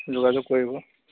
যোগাযোগ কৰিব